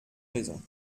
raisons